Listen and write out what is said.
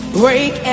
break